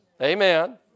Amen